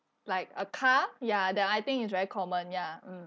like a car ya then I think it's very common ya mm